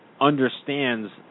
understands